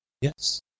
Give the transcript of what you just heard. Yes